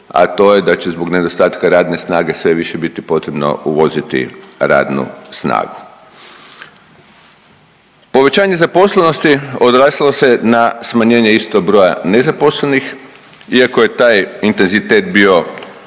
a to je da će zbog nedostatka radne snage sve više biti potrebno uvoziti radnu snagu. Povećanje zaposlenosti odrazilo se na smanjenje, isto, broja nezaposlenih iako je taj intenzitet bio